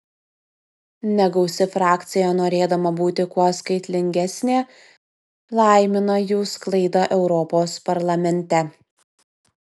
negausi frakcija norėdama būti kuo skaitlingesnė laimina jų sklaidą europos parlamente